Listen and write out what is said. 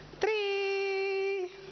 three